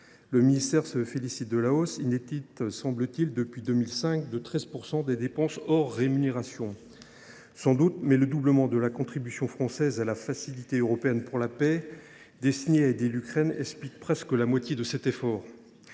Le ministère se félicite de la hausse – inédite, semble t il, depuis 2005 – de 13 % des dépenses hors rémunérations. Sans doute, mais le doublement de la contribution française à la Facilité européenne pour la paix, destinée à aider l’Ukraine, représente près de la moitié de cet effort